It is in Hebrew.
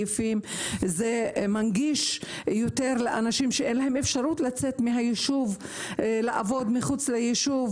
זה מנגיש את העבודה לאנשים שאין להם אפשרות לצאת לעבוד מחוץ ליישוב,